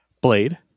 Blade